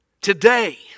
Today